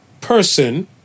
person